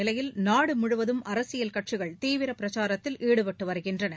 நிலையில் நாடு முழுவதும் அரசியல் கட்சிகள் தீவிரபிரச்சாரத்தில் ஈடுபட்டு வருகின்றன